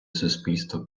суспільства